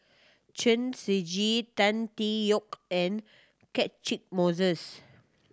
Chen Shiji Tan Tee Yoke and Catchick Moses